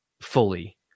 fully